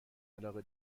علاقه